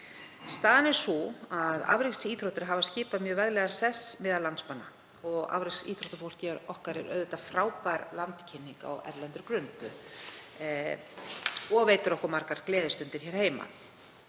Staðan er sú að afreksíþróttir hafa skipað mjög veglegan sess meðal landsmanna. Afreksíþróttafólkið okkar er auðvitað frábær landkynning á erlendri grundu og veitir okkur margar gleðistundir hér heima.